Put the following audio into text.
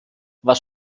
was